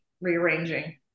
rearranging